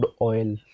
oil